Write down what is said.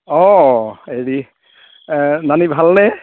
অ হেৰি এ নানি ভালনে